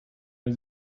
was